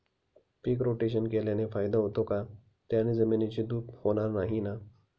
पीक rotation केल्याने फायदा होतो का? त्याने जमिनीची धूप होणार नाही ना?